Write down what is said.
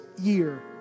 year